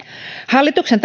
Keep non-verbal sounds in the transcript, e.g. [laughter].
hallituksen [unintelligible]